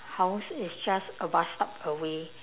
house is just a bus stop away